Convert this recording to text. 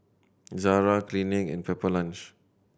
Zara Clinique and Pepper Lunch